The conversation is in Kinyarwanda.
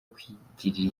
kwigirira